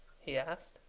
he asked.